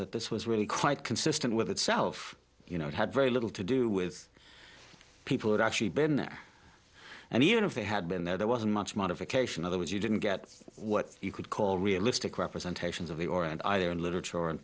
that this was really quite consistent with itself you know it had very little to do with people had actually been there and even if they had been there there wasn't much modification otherwise you didn't get what you could call realistic representations of the or and either in literature